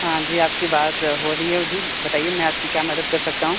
हाँ जी आपकी बात हो रही है जी बताइये मैं आपकी क्या मदद कर सकता हूँ